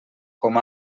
com